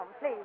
please